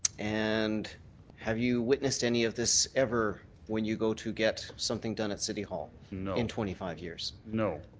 and have you witnessed any of this ever when you go to get something done at city hall in twenty five years? no.